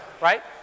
Right